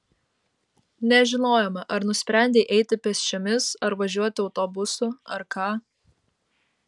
nežinojome ar nusprendei eiti pėsčiomis ar važiuoti autobusu ar ką